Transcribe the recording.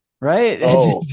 right